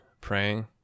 praying